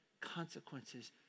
consequences